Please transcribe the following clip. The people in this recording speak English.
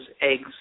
eggs